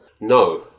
No